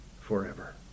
forever